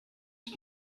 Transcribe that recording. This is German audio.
ich